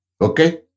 Okay